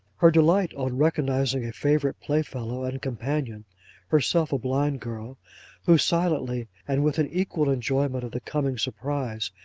her delight on recognising a favourite playfellow and companion herself a blind girl who silently, and with an equal enjoyment of the coming surprise,